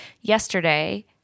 yesterday